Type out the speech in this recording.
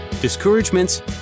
discouragements